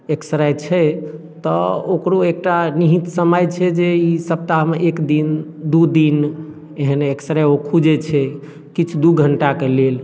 x ray छै तऽ ओकरो एकटा निहित समय छै जे ई सप्ताहमे एक दिन दुइ दिन एहन एक्सरे ओ खुजै छै किछु दुइ घण्टाके लेल